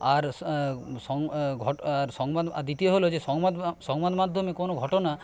আর দ্বিতীয় হলো যে সংবাদ সংবাদ মাধ্যমে কোনো ঘটনা